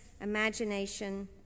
imagination